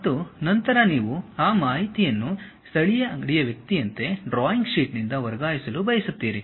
ಮತ್ತು ನಂತರ ನೀವು ಆ ಮಾಹಿತಿಯನ್ನು ಸ್ಥಳೀಯ ಅಂಗಡಿಯ ವ್ಯಕ್ತಿಯಂತೆ ಡ್ರಾಯಿಂಗ್ ಶೀಟಿನಿಂದ ವರ್ಗಾಯಿಸಲು ಬಯಸುತ್ತೀರಿ